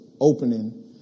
opening